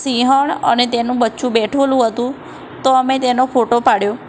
સિંહણ અને તેનું બચ્ચું બેઠેલું હતું તો અમે તેનો ફોટો પાડ્યો